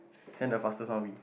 then the fastest one we